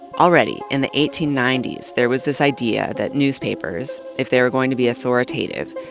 already in the eighteen ninety s, there was this idea that newspapers, if they were going to be authoritative,